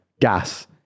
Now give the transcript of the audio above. gas